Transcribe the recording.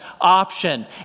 option